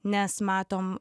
nes matom